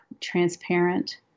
transparent